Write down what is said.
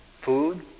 food